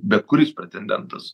bet kuris pretendentas